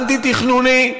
אנטי-תכנוני.